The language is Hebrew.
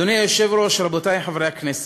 אדוני היושב-ראש, רבותי חברי הכנסת,